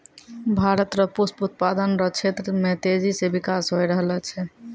भारत रो पुष्प उत्पादन रो क्षेत्र मे तेजी से बिकास होय रहलो छै